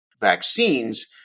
vaccines